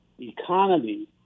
economy